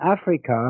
Africa